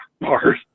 bars